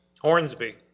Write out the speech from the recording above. Hornsby